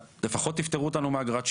לפחות תפטרו אותנו מאגרת שילוט.